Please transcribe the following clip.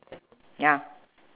ya